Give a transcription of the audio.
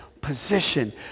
Position